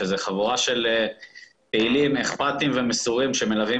חבורה של פעילים אכפתיים ומסורים שמלווים